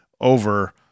over